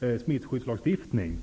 vår smittskyddslagstiftning.